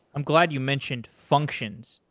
i'm glad you mentioned functions.